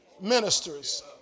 Ministers